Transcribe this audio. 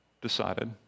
decided